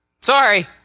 Sorry